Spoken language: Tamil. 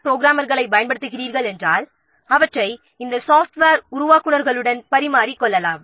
புரோகிராமர்களைப் பயன்படுத்துகிறோம் என்றால் அவற்றை இந்த சாஃப்ட்வேர் உருவாக்குநர்களுடன் பரிமாறிக் கொள்ளலாம்